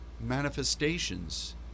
manifestations